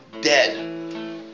dead